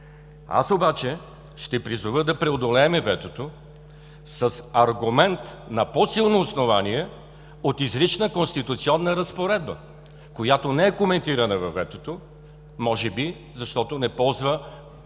Аз обаче ще призова да преодолеем ветото с аргумент на по-силно основание от изрична конституционна разпоредба, която не е коментирана във ветото, може би защото не ползва